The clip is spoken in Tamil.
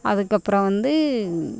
அதுக்கப்புறம் வந்து